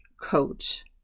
coach